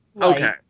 okay